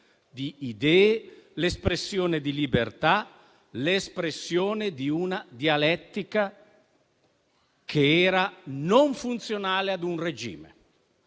di idee, l'espressione di libertà, l'espressione di una dialettica che era non funzionale a un regime.